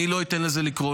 אני לא אתן לזה לקרות.